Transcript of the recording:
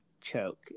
choke